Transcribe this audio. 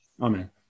Amen